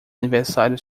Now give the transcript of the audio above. aniversário